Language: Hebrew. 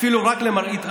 אפילו רק למראית עין?